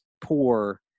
poor